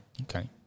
Okay